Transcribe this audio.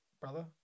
brother